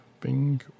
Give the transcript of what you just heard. Bing